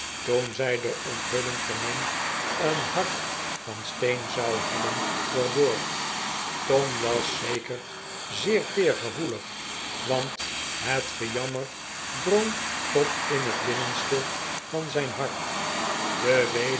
toen zij de onthulling vernam een hart van steen zou hebben doorboord tom was zeker zeer teergevoelig want het ge jammer drong door tot in het binnenste van zijn hart de